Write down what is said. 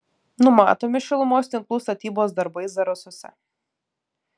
numatomi šilumos tinklų statybos darbai zarasuose